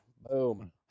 Boom